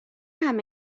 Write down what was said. همه